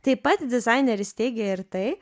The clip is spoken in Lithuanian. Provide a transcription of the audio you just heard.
taip pat dizaineris teigia ir tai